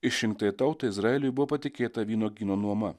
išrinktai tautai izraeliui buvo patikėta vynuogyno nuoma